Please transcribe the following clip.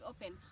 open